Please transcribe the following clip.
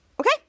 Okay